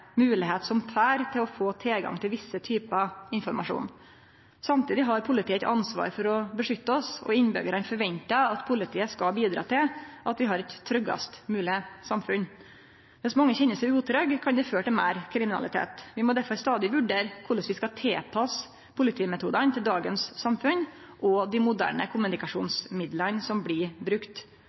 moglegheit som før til å få tilgang til visse typar informasjon. Samtidig har politiet eit ansvar for å beskytte oss, og innbyggjarane forventar at politiet skal bidra til at vi har eit tryggast mogleg samfunn. Viss mange kjenner seg utrygge, kan det føre til meir kriminalitet. Vi må derfor stadig vurdere korleis vi skal tilpasse politimetodane til dagens samfunn og dei moderne kommunikasjonsmidla som blir